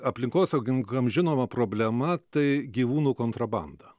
aplinkosaugininkam žinoma problema tai gyvūnų kontrabanda